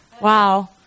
wow